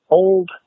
old